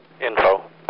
Info